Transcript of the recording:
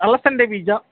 ಅಲಸಂದೆ ಬೀಜ